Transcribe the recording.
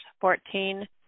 Fourteen